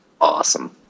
awesome